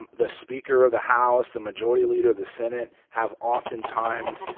and the speaker of the house, the majority leader of the senate have oftentimes,